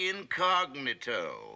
incognito